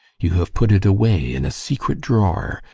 you have put it away in a secret drawer,